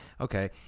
Okay